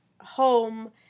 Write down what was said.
home